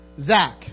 Zach